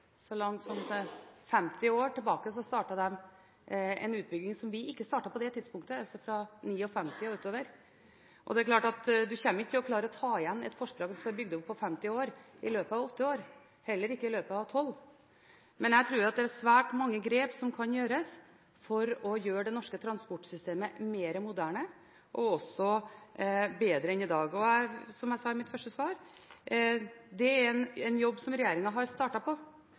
langt som 50 år tilbake, altså fra 1959 og utover, startet de en utbygging som vi ikke startet på det tidspunktet. Det er klart at man klarer ikke å ta igjen et forsprang som er bygd opp over 50 år, i løpet av åtte år, heller ikke i løpet av tolv. Men jeg tror det er svært mange grep som kan tas for å gjøre det norske transportsystemet mer moderne og også bedre enn i dag. Som jeg også sa i mitt første svar: Det er en jobb som regjeringen har startet på.